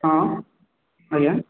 ହଁ ଆଜ୍ଞା